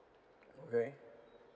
okay